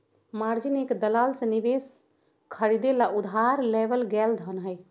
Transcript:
margin एक दलाल से निवेश खरीदे ला उधार लेवल गैल धन हई